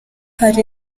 hari